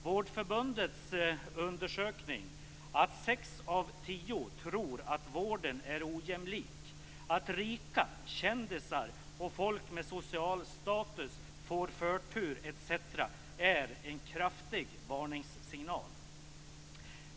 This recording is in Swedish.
Vårdförbundets undersökning som visar att sex av tio tror att vården är ojämlik och att rika, kändisar och folk med social status får förtur etc., är en kraftig varningssignal.